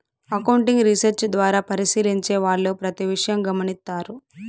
accounting research ద్వారా పరిశీలించే వాళ్ళు ప్రతి విషయం గమనిత్తారు